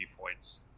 points